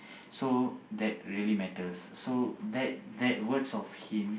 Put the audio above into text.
so that really matters so that that words of him